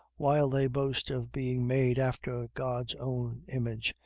while they boast of being made after god's own image,